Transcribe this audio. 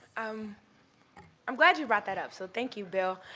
um i'm glad you brought that up, so thank you, bill.